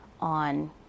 on